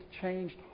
changed